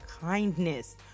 kindness